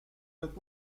that